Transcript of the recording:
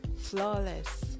flawless